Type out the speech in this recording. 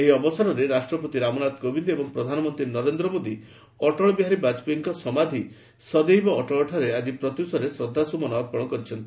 ଏହି ଅବସରରେ ରାଷ୍ଟ୍ରପତି ରାମନାଥ କୋବିନ୍ଦ ଏବଂ ପ୍ରଧାନମନ୍ତ୍ରୀ ନରେନ୍ଦ୍ର ମୋଦି ଅଟଳ ବିହାରୀ ବାଜପେୟୀଙ୍କ ସମାଧି ସଦୈବ ଅଟଳଠାରେ ଆଜି ପ୍ରତ୍ୟୁଷରେ ଶ୍ରଦ୍ଧାସୁମନ ଅର୍ପଣ କରିଛନ୍ତି